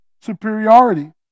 superiority